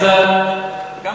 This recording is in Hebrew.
אלעזר, עשה לי חשק.